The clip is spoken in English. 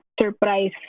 surprise